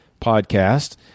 podcast